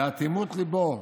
באטימות ליבו,